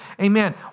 Amen